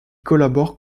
collabore